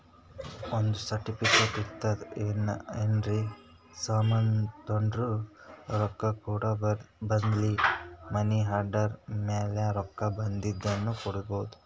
ಒಂದ್ ಸರ್ಟಿಫಿಕೇಟ್ ಇರ್ತುದ್ ಏನರೇ ಸಾಮಾನ್ ತೊಂಡುರ ರೊಕ್ಕಾ ಕೂಡ ಬದ್ಲಿ ಮನಿ ಆರ್ಡರ್ ಮ್ಯಾಲ ರೊಕ್ಕಾ ಬರ್ದಿನು ಕೊಡ್ಬೋದು